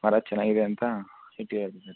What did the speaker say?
ಭಾಳ ಚೆನ್ನಾಗಿದೆ ಅಂತ ಇಟ್ಟಿದಾರ್ ಇದು